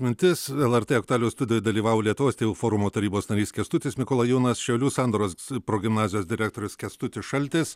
mintis lrt aktualijų studijoj dalyvavo lietuvos tėvų forumo tarybos narys kęstutis mikolajūnas šiaulių sandoros progimnazijos direktorius kęstutis šaltis